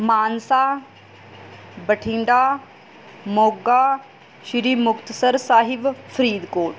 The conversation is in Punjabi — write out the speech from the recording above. ਮਾਨਸਾ ਬਠਿੰਡਾ ਮੋਗਾ ਸ਼੍ਰੀ ਮੁਕਤਸਰ ਸਾਹਿਬ ਫਰੀਦਕੋਟ